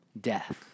Death